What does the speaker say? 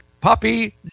puppy